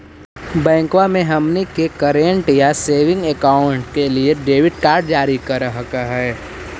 बैंकवा मे हमनी के करेंट या सेविंग अकाउंट के लिए डेबिट कार्ड जारी कर हकै है?